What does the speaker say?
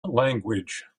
language